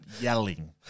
yelling